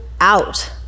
out